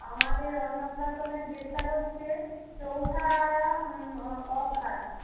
আমাদের অন্নপ্রাশনের ডেটটা হচ্ছে চৌঠা অঘ্রান